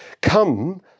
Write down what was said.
Come